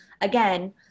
Again